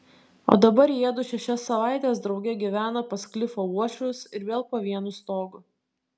o dabar jiedu šešias savaites drauge gyvena pas klifo uošvius ir vėl po vienu stogu